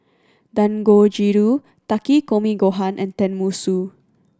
Dangojiru Takikomi Gohan and Tenmusu